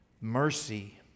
Mercy